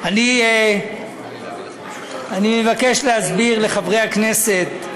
אני מבקש להסביר לחברי הכנסת: